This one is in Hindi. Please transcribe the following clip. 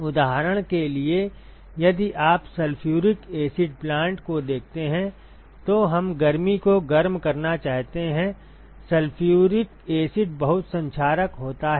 उदाहरण के लिए यदि आप सल्फ्यूरिक एसिड प्लांट को देखते हैं तो हम गर्मी को गर्म करना चाहते हैं सल्फ्यूरिक एसिड बहुत संक्षारक होता है